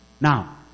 Now